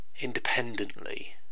independently